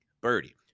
Birdie